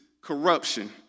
corruption